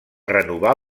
renovar